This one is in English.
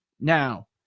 Now